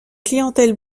clientèle